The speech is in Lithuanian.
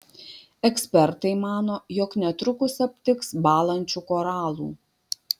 ekspertai mano jog netrukus aptiks bąlančių koralų